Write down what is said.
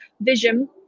vision